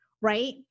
right